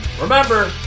Remember